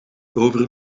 over